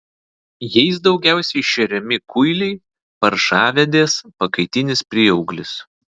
jais daugiausiai šeriami kuiliai paršavedės pakaitinis prieauglis